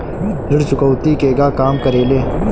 ऋण चुकौती केगा काम करेले?